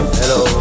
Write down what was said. hello